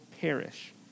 perish